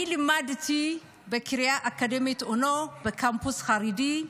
אני לימדתי בקריה האקדמית אונו בקמפוס חרדי,